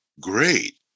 great